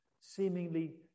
seemingly